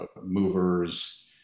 movers